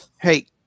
Hey